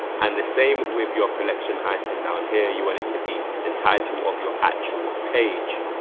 and the same with your collection item down here you want it to be the title of your actual page.